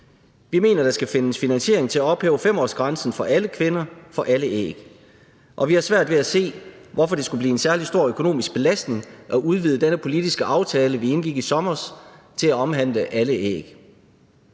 Vi mener, at der skal findes finansiering til at ophæve 5-årsgrænsen for alle kvinder og for alle æg, og vi har svært ved at se, hvorfor det skulle blive en særlig stor økonomisk belastning at udvide denne politiske aftale, som vi indgik i sommer, til at omhandle alle æg.